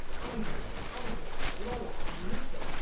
angelo, angela, lola and nico,